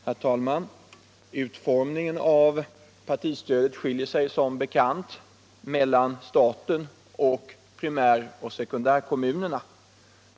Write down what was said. Herr talman! Utformningen av partistödet skiljer sig som bekant mellan staten och primäroch sekundärkommunerna.